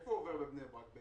איפה הוא עובר בבני ברק?